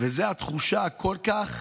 וזו התחושה הכל-כך